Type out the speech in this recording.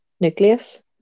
nucleus